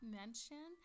mention